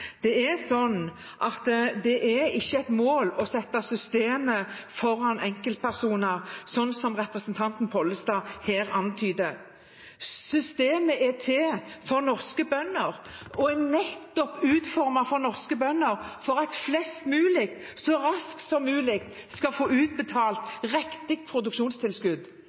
Det er ikke et mål å sette systemet foran enkeltpersoner, slik representanten Pollestad her antyder. Systemet er til for norske bønder og er nettopp utformet for norske bønder for at flest mulig så raskt som mulig skal få utbetalt riktig produksjonstilskudd.